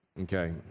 Okay